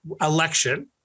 election